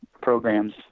programs –